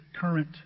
current